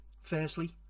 firstly